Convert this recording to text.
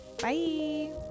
bye